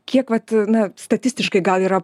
kiek vat na statistiškai gal yra